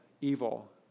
evil